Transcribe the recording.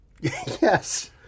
Yes